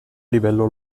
livello